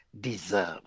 deserve